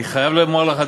אני חייב לומר לך,